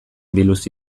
biluzi